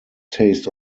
taste